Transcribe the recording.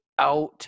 out